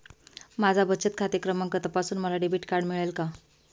माझा बचत खाते क्रमांक तपासून मला डेबिट कार्ड मिळेल का?